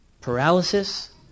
Paralysis